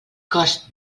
cost